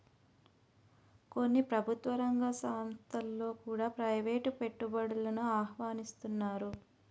కొన్ని ప్రభుత్వ రంగ సంస్థలలో కూడా ప్రైవేటు పెట్టుబడులను ఆహ్వానిస్తన్నారు